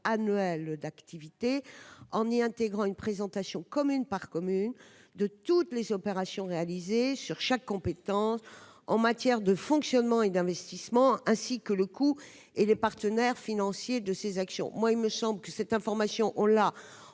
annuel d'activité, en y intégrant une présentation commune par commune de toutes les opérations réalisées, pour chaque compétence, en matière de fonctionnement et d'investissement, ainsi que de leur coût et des partenaires financiers concernés. Cette information est